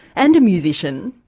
and a musician,